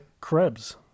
Krebs